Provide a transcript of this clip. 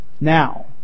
Now